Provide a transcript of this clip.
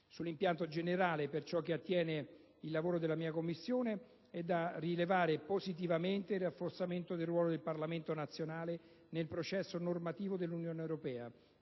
Sull'impianto generale, per ciò che attiene il lavoro della mia Commissione, è da rilevare positivamente il rafforzamento del ruolo del Parlamento nazionale nel processo normativo dell'Unione europea,